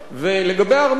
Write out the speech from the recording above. לגבי הארמנים,